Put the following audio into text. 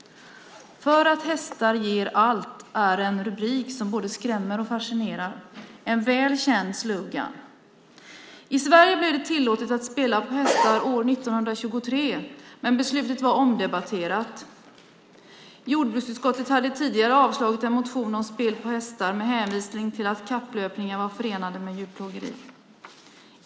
För att hästar ger allt, är en rubrik som både skrämmer och fascinerar, en väl känd slogan. I Sverige blev det tillåtet att spela på hästar år 1923, men beslutet var omdebatterat. En motion från jordbruksutskottet om spel på hästar hade tidigare avslagits med hänvisning till att kapplöpningar var förenade med djurplågeri.